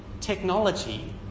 Technology